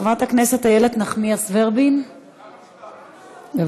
חברת הכנסת איילת נחמיאס ורבין, בבקשה.